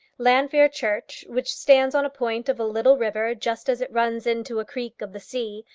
llanfeare church, which stands on a point of a little river just as it runs into a creek of the sea,